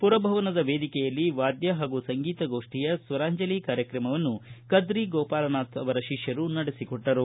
ಪುರಭವನದ ವೇದಿಕೆಯಲ್ಲಿ ವಾದ್ಯ ಪಾಗೂ ಸಂಗೀತ ಗೋಷ್ಟಿಯ ಸ್ವರಾಂಜಲಿ ಕಾರ್ಯಕ್ರಮವನ್ನು ಕದ್ರಿ ಗೋಪಾಲನಾಥ್ ಅವರ ಶಿಷ್ಟರು ನಡೆಸಿಕೊಟ್ಟರು